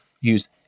use